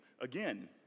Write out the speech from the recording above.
again